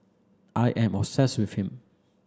I am obsessed with him